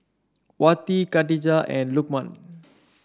Wati Khadija and Lukman